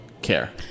care